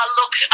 look